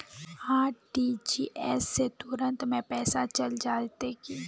RTGS से तुरंत में पैसा चल जयते की?